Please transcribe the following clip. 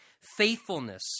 faithfulness